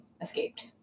escaped